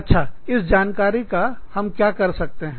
अच्छा इस जानकारी का हम क्या कर सकते हैं